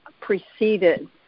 preceded